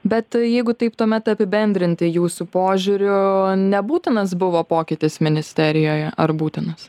bet jeigu taip tuomet apibendrinti jūsų požiūriu nebūtinas buvo pokytis ministerijoje ar būtinas